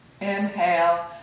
Inhale